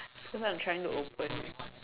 just now I'm trying to open